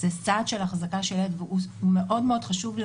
זה סעד של החזקה של ילד והוא חשוב מאוד